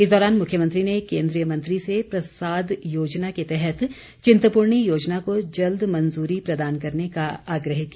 इस दौरान मुख्यमंत्री ने केन्द्रीय मंत्री से प्रसाद योजना के तहत चिंतपूर्णी योजना को जल्द मंजूरी प्रदान करने का आग्रह किया